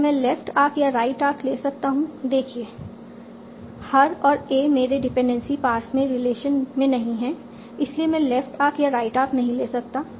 क्या मैं left arc या राइट आर्क ले सकता हूं देखिए हर और ए मेरे डिपेंडेंसी पार्स में रिलेशन में नहीं हैं इसलिए मैं लेफ्ट आर्क या राइट आर्क नहीं ले सकता